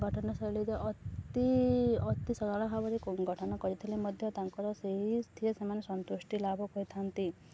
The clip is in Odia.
ଗଠନ ଶୈଳୀରେ ଅତି ଅତି ସରଳ ଭାବରେ ଗଠନ କରିଥିଲେ ମଧ୍ୟ ତାଙ୍କର ସେଇଥିରେ ସେମାନେ ସନ୍ତୁଷ୍ଟି ଲାଭ କରିଥାନ୍ତି